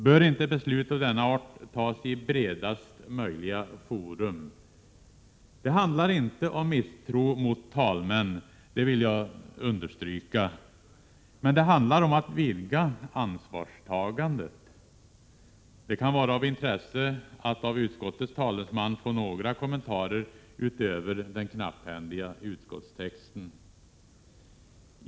Bör inte beslut av denna art tas i bredaste möjliga forum? Det handlar inte om misstro mot talmän — det vill jag understryka — men det handlar om att vidga ansvarstagandet. Det kan vara av intresse att av utskottets talesman få några kommentarer utöver den knapphändiga utskottstexten.